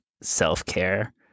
self-care